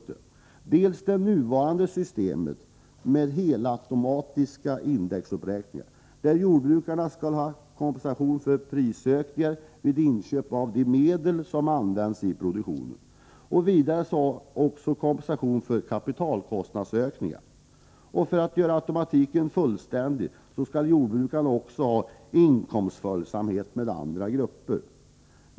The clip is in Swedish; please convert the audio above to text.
Det första alternativet innebär ett bibehållande av det nuvarande systemet med automatiska indexuppräkningar, varvid jordbrukarna skall ha kompensation för prisökningar vid inköp av de medel som används i produktionen. Det innebär vidare en kompensation för kapitalkostnadsökningar. För att göra automatiken fullständig skall jordbrukarna också få inkomstföljsamhet i förhållande till andra grupper.